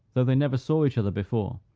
though they never saw each other before,